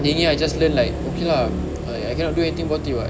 ini I just learnt like okay lah I cannot do anything about it [what]